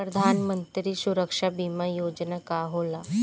प्रधानमंत्री सुरक्षा बीमा योजना का होला?